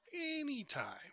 Anytime